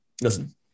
listen